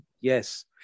Yes